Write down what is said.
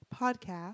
podcast